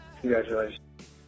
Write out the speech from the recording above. Congratulations